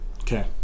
Okay